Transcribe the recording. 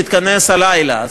תתכנס הלילה.